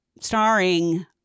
starring